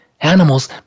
animals